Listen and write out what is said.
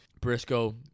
Briscoe